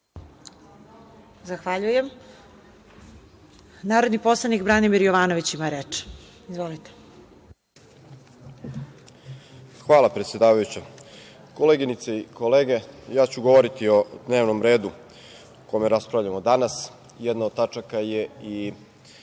Zahvaljujem. Narodni poslanik Branimir Jovanović ima reč. Izvolite. **Branimir Jovanović** Hvala, predsedavajuća. Koleginice i kolege, ja ću govoriti o dnevnom redu o kome raspravljamo danas. Jedna od tačaka je i